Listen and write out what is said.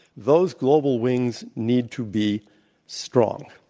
those global wings need to be strong.